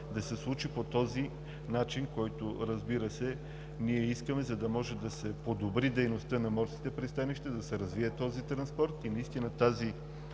да се случи по този начин, който, разбира се, ние искаме, за да може да се подобри дейността на морските пристанища, да се развие този транспорт и наистина тази